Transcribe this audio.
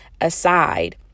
aside